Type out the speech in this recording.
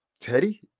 Teddy